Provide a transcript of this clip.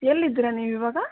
ಎಲ್ಲಿದೀರಾ ನೀವಿವಾಗ